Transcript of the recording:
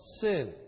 sin